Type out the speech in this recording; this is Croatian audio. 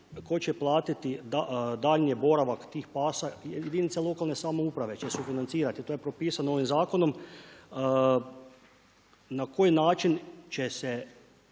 Tko će platiti, daljnji boravak tih pasa? Jedinica lokalne samouprave će sufinancirati, to je propisano ovim zakonom. Na koji način će se